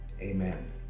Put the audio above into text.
amen